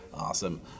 awesome